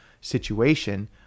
situation